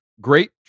great